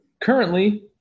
currently